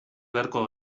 beharko